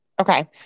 Okay